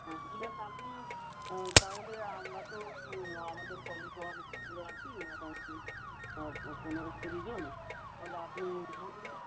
হ্যাঁ ঠিক আছে আপনি তাহলে আমরা তো আমাদের কলিগও অনেকগুলো আছি মোটামুটি পনেরো কুড়িজন তাহলে আপনি বলুন